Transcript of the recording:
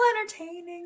entertaining